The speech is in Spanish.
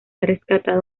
rescatado